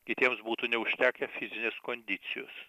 kitiems būtų neužtekę fizinės kondicijos